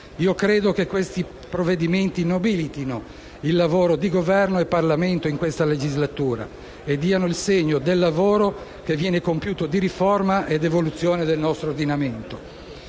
Credo che questi provvedimenti nobilitino il lavoro di Governo e Parlamento in questa legislatura e diano il segno del lavoro che viene compiuto di riforma ed evoluzione del nostro ordinamento.